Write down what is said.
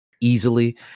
easily